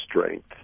strength